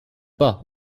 pas